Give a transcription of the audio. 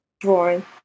drawing